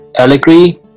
allegri